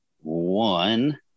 one